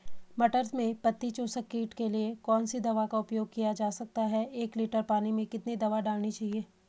मटर में पत्ती चूसक कीट के लिए कौन सी दवा का उपयोग किया जा सकता है एक लीटर पानी में कितनी दवा डालनी है?